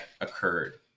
occurred